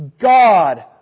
God